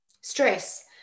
stress